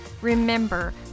Remember